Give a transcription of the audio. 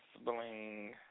Bling